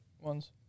ones